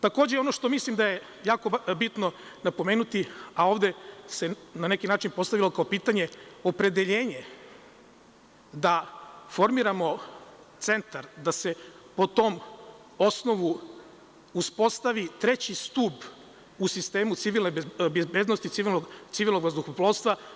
Takođe, ono što mislim da je jako bitno napomenuti, a ovde se na neki način postavilo kao pitanje, jeste opredeljenje da formiramo centar, da se po tom osnovu uspostavi treći stubu u sistemu bezbednosti civilnog vazduhoplovstva.